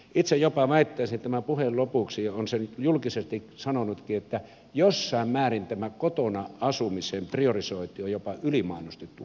itse jopa väittäisin tämän puheen lopuksi olen sen julkisesti sanonutkin että jossain määrin tämä kotona asumisen priorisointi on jopa ylimainostettu homma